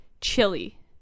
Chili